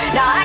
Now